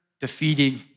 defeating